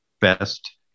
best